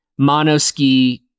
monoski